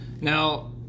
Now